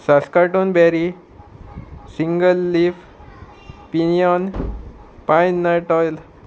saskatoon berry single leaf pinyon pine nut oil